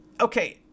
okay